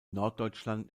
norddeutschland